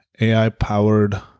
AI-powered